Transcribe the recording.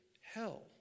hell